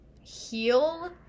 heal